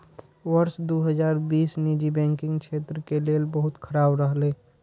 वर्ष दू हजार बीस निजी बैंकिंग क्षेत्र के लेल बहुत खराब रहलै